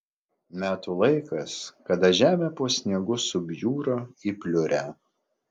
metų laikas kada žemė po sniegu subjūra į pliurę